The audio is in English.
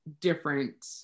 different